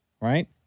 right